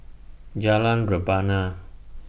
Jalan Rebana